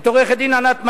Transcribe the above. את עורכת-הדין ענת מימון,